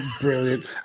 brilliant